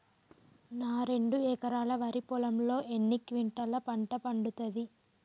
నా రెండు ఎకరాల వరి పొలంలో ఎన్ని క్వింటాలా పంట పండుతది?